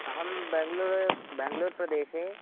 अहं बेङ्गलूर बेङ्गलूरप्रदेशे